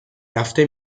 رفته